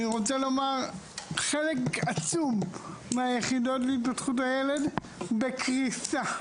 אני רוצה לומר שחלק עצום מהיחידות להתפתחות הילד נמצא בקריסה,